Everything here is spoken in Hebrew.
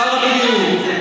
שר החינוך,